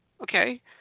Okay